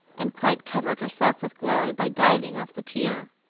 and quite covered herself with glory by diving off the pier.